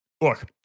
look